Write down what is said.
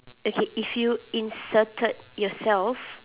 okay if you inserted yourself